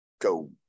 go